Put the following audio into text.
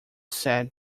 said